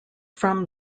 from